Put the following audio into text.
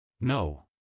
No